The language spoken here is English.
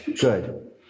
Good